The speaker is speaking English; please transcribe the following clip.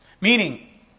Meaning